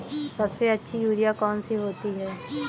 सबसे अच्छी यूरिया कौन सी होती है?